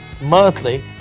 monthly